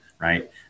right